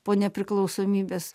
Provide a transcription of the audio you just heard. po nepriklausomybės